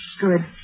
Good